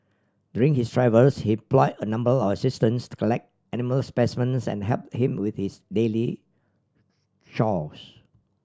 during his travels he employ a number of assistants to collect animal specimens and help him with his daily chores